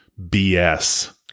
BS